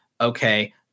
Okay